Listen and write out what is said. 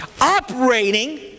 operating